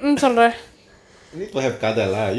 நீ:nee you go கத:katha